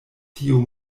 tiu